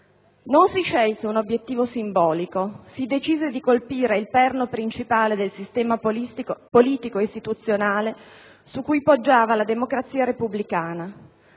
Non si scelse un obiettivo simbolico, si decise di colpire il perno principale del sistema politico e istituzionale su cui poggiava la democrazia repubblicana.